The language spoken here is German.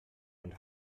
und